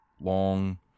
long